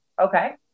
Okay